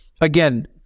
again